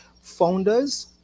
founders